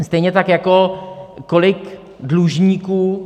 Stejně tak jako kolik dlužníků...